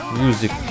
music